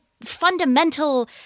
fundamental